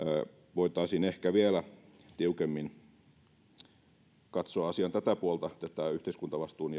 voitaisiin ehkä vielä tiukemmin katsoa asian tätä puolta yhteiskuntavastuun